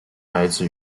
来自